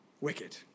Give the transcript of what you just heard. wicked